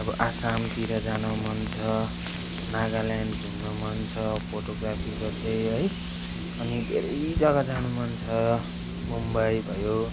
अब आसामतिर जानु मन छ नागाल्यान्ड घुम्न मन छ फोटोग्राफी गर्दै है अनि धेरै जग्गा मन छ मुम्बई भयो